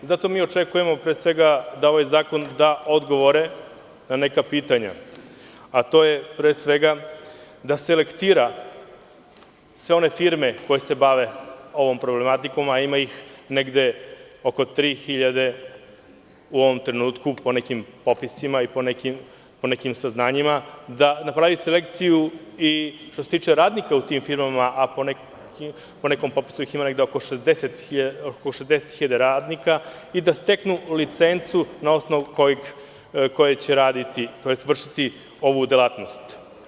Zato mi očekujemo, pre svega, da ovaj zakon da odgovore na neka pitanja, a to je da se lektira, sve one firme koje se bave ovom problematikom, a ima ih negde oko 3.000 u ovom trenutku, po nekim popisima i po nekim saznanjima, da napravi selekciju i što se tiče radnika u tim firmama, a po nekom popisu ih ima oko 60.000 radnika i da steknu licencu na osnovu koje će raditi, tj. vršiti ovu delatnost.